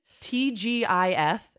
TGIF